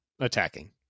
attacking